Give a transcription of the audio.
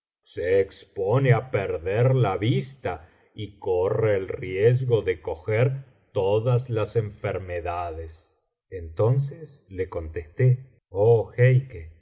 se expone á perder la vista y corre el riesgo de coger todas las enfermedades entonces le contesté oh